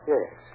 Yes